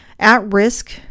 at-risk